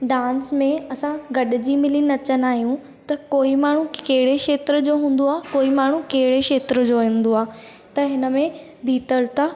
dance में असां गॾिजी मिली नचंदा आहियूं त कोई माण्हू कहिड़े खेत्र जो हूंदो आहे कोई माण्हू कहिड़े खेत्र जो हूंदो आहे त हिन में भीतरता